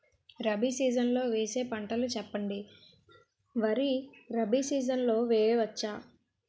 Rabi season లో వేసే పంటలు చెప్పండి? వరి రబీ సీజన్ లో వేయ వచ్చా?